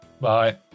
Bye